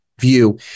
view